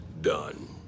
done